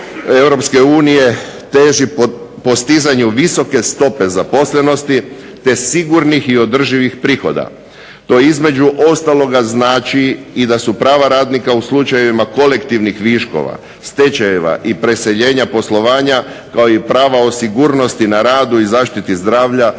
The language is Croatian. politika EU teži postizanju visoke stope zaposlenosti, te sigurnih i održivih prihoda. To između ostalog znači da su prava radnika u slučajevima kolektivnih viškova, stečajeva i preseljenja poslovanja kao i prava o sigurnosti na radu i zaštiti zdravlja